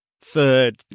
third